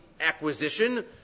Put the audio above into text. acquisition